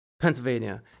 Pennsylvania